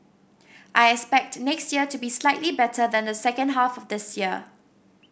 I expect next year to be slightly better than the second half of this year